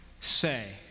say